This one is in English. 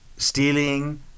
stealing